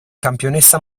campionessa